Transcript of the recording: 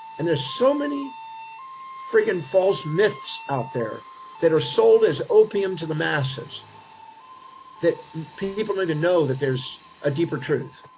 and there's so many freaking false myths out there that are sold as opium to the masses that people need to know that there's a deeper truth,